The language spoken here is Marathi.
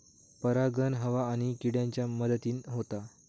परागण हवा आणि किड्यांच्या मदतीन होता